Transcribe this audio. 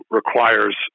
requires